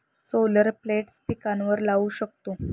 solar plates पिकांवर लाऊ शकतो